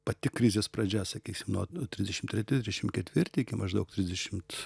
pati krizės pradžia sakysim nuo nuo trisdešim treti trisdešim ketvirti iki maždaug trisdešimt